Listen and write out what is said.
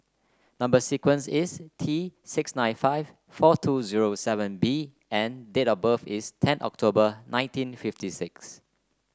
number sequence is T six nine five four two zero seven B and date of birth is ten October nineteen fifty six